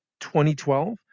2012